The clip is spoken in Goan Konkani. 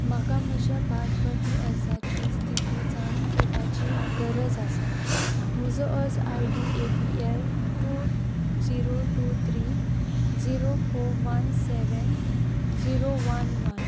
म्हाका म्हज्या पारपत्र अर्जाची स्थिती जाणून घेवपाची गरज आसा म्हजो अर्ज I D A P L two zero two three zero four one seven zero one one